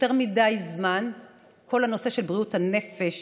יותר מדי זמן כל הנושא של בריאות הנפש